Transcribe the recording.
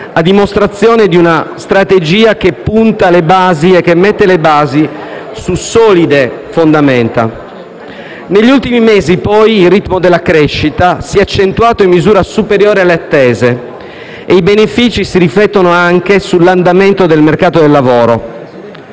a dimostrazione di una strategia che mette le basi su solide fondamenta. Negli ultimi mesi, poi, il ritmo della crescita si è accentuato in misura superiore alle attese e i benefici si riflettono anche sull'andamento del mercato del lavoro.